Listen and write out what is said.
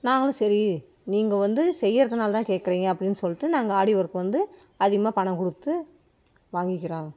நாங்களும் சரி நீங்கள் வந்து செய்யறதுனால தான் கேட்கறீங்க அப்படின்னு சொல்லிட்டு நாங்கள் ஆரி ஒர்க் வந்து அதிகமாக பணம் கொடுத்து வாங்கிக்கிறோம்